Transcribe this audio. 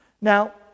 Now